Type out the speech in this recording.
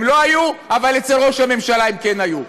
הם לא היו, אבל אצל ראש הממשלה הם כן היו.